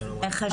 איך השם?